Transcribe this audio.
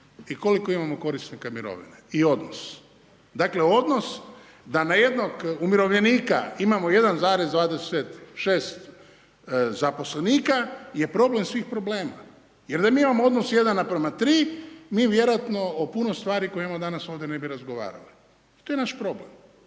i koliko imamo korisnika mirovina i odnos. Dakle, odnos da na jednog umirovljenika imamo 1,26 zaposlenika, je problem svih problema, jer da mi imamo odnos 1:3, mi vjerojatno o puno stvari koje imamo danas ovdje ne bi razgovarali. To je naš problem.